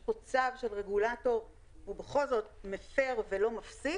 יש פה צו של רגולטור והוא בכל זאת מפר ולא מפסיק